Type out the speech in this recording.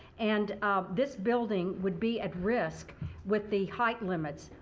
and this building would be at risk with the height limits.